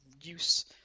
use